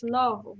love